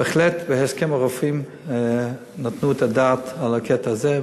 בהחלט, בהסכם הרופאים נתנו את הדעת על הקטע הזה.